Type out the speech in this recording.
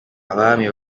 abami